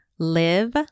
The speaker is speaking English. live